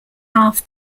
half